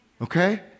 Okay